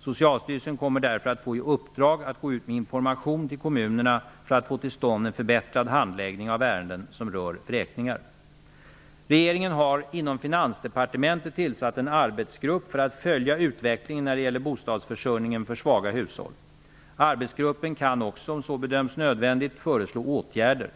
Socialstyrelsen kommer därför att få i uppdrag att gå ut med information till kommunerna för att få till stånd en förbättrad handläggning av ärenden som rör vräkningar. Regeringen har inom Finansdepartementet tillsatt en arbetsgrupp för att följa utvecklingen när det gäller bostadsförsörjningen för svaga hushåll. Arbetsgruppen kan också, om så bedöms nödvändigt, föreslå åtgärder.